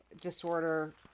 disorder